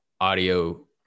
audio